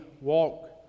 walk